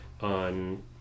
on